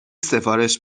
سفارش